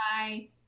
Bye